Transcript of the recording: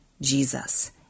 Jesus